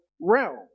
realm